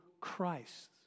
Christ